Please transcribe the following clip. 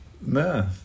No